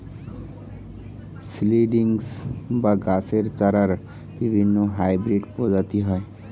seedlings বা গাছের চারার বিভিন্ন হাইব্রিড প্রজাতি হয়